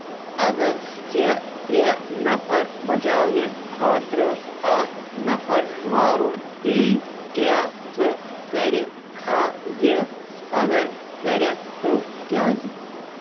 اگر ژےٚ ترٛے نفر بچاونہٕ خٲطرٕ اکھ نفر مارُن پییی کیا ژٕ کَرِ کھا یِہ اگر کَرَکھ تہٕ کیازِ ؟